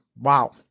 wow